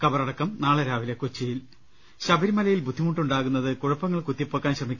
കബറടക്കം നാളെ രാവിലെ കൊച്ചിയിൽ ശബരിമലയിൽ ബുദ്ധിമുട്ടുണ്ടാകുന്നത് കുഴപ്പങ്ങൾ കുത്തിപ്പൊക്കാൻ ശ്രമി